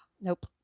Nope